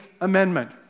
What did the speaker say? Amendment